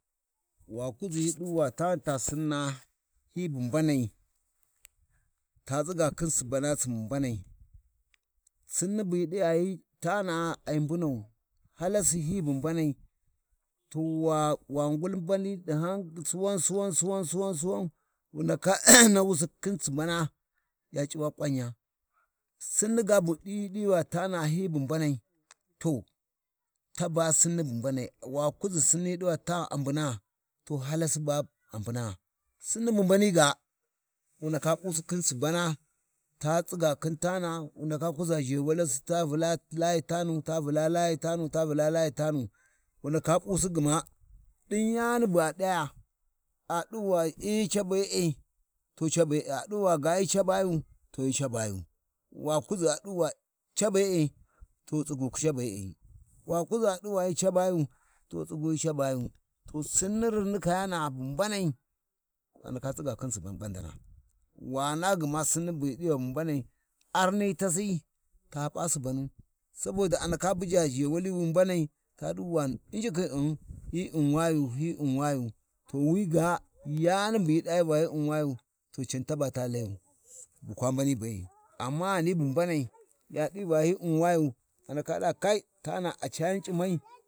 ﻿Wa kuzi hyi ɗu va tani ta Sinna, hyi bu mbanai, ta tsiya khin Subana Subu mbanai Sinni bu hyi ɗi tana’a ai mbunau, halasi hyi bu mbanai to wa-wa ngul mbani ɗi hankal Suwan-Suwan-Suwan-Suwan wu ndaka nahusi khin Subana, ya c’uwa ƙwanya, Sinni ga bu hyi ɗi-ɗi tana hyi bu mbanai to taba Sinni bu mbanai to wakuʒi hiɗu va tani ta Sinni a mbunaa, to halasi ba a mbuna, Sinni bu mbani ga wu ndaka p’usi khin Subana ta tsiga khin tana’a, wu ndaka ku p’usi khin Subana ta tsiga khin tana’a, wu ndaka kuʒa zhewali tasi ta vula layi tamu, wu ndaka p’usi gma ɗin yani, bu a ɗaya a ɗu ba i, cabe'e to cabe, aɗu ga hyi cabayu, hyi cabayu. Wa kuʒi adu ba cabe'e, to tsigu cabe'e, wa kuʒi a ɗu va hyi cabayu to tisgu hyi cabayu, to Sinni to Sinni rinni kayana’a bu mbanai, a ndaka tsiga khin Suban bandan. Wa na gma Sinni bu hi ɗi bu mbanai, arni tasi ta p’a Subanu, sabo da a ndaka buja zhewali wi mbamai, a ɗuba injiki hyi u’nm wayu, hyi U’nm wayu, ko wiga yani bu hyi ɗayi to hyi U’n wayu, to can taba ta layau bukwa mbani be'e gham bu mbanai yasin va hyi U’nm wayu a ndaka ɗuba kai, taui a cayan C’imai.